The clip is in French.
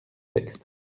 texte